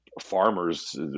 farmers